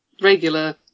regular